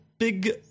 big